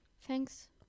Thanks